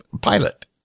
pilot